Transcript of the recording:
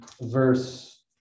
verse